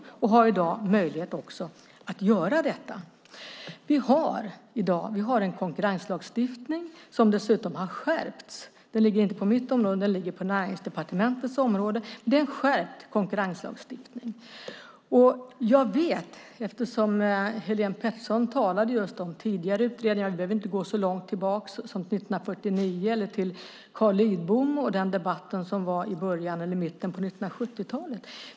I dag har man möjlighet att göra detta. Vi har i dag en konkurrenslagstiftning som dessutom har skärpts. Den ligger inte på mitt område utan på Näringsdepartementets område. Det är en skärpt konkurrenslagstiftning. Helene Petersson talade om tidigare utredningar. Vi behöver inte gå så långt tillbaka som 1949 eller till Carl Lidbom och den debatt som var i början eller mitten av 1970-talet.